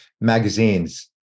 magazines